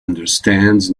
understands